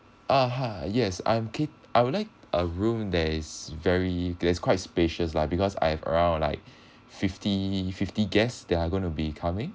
a'ah yes I'm keep I would like a room there is very there is quite spacious lah because I have around like fifty fifty guests that are gonna be coming